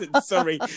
sorry